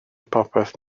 popeth